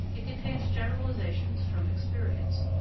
it contains generalisations from experience.